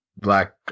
black